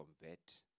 convert